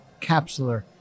capsular